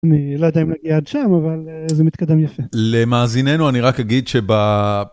אני לא יודע אם נגיע עד שם, אבל זה מתקדם יפה. למאזינינו, אני רק אגיד שב...